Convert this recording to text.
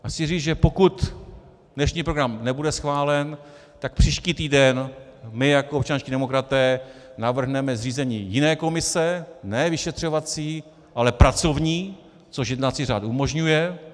A chci říct, že pokud dnešní program nebude schválen, tak příští týden my jako občanští demokraté navrhneme zřízení jiné komise, ne vyšetřovací, ale pracovní, což jednací řád umožňuje.